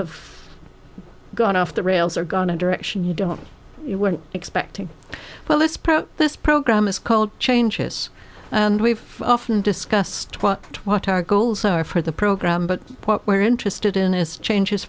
have gone off the rails are gonna direction you don't you were expecting well this probe this program is called changes and we've often discussed what our goals are for the program but what we're interested in is changes